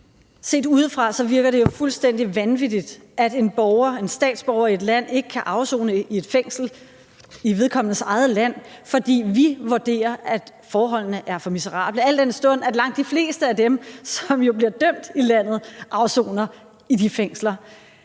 Set udefra virker det jo fuldstændig vanvittigt, at en borger, en statsborger, i et land ikke kan afsone i et fængsel i vedkommendes eget land, fordi vi vurderer, at forholdene er for miserable – al den stund at langt de fleste af dem, som bliver dømt i de lande, jo afsoner i de fængsler.